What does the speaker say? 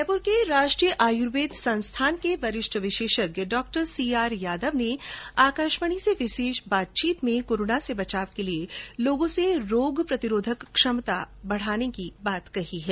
जयपुर के राष्ट्रीय आयुर्वेद संस्थान के वरिष्ठ विशेषज्ञ डॉक्टर सी आर यादव ने आकाशवाणी से विशेष बातचीत में कोरोना से बचाव के लिए लोगों से रोग प्रतिरोधक क्षमता बढ़ाने की अपील की है